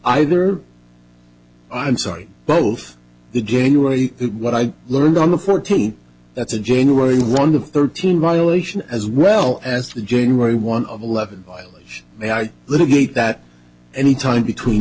either i'm sorry both the january what i learned on the fourteenth that's a january one of thirteen violation as well as the january one of eleven eilish little gate that any time between